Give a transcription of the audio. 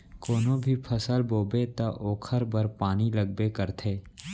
कोनो भी फसल बोबे त ओखर बर पानी लगबे करथे